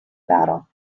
battle